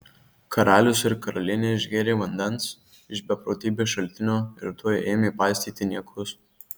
karalius ir karalienė išgėrė vandens iš beprotybės šaltinio ir tuoj ėmė paistyti niekus